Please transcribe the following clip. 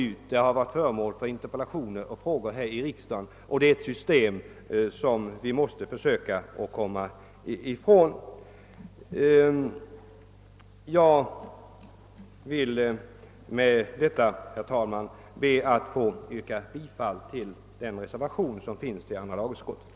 Detta förhållande har varit föremål för interpellationer och frågor i riksdagen, och vi måste försöka komma ifrån detta system. Jag ber med detta, herr talman, att få yrka bifall till den vid utlåtandet fogade reservationen.